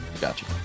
Gotcha